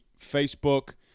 Facebook